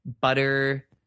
butter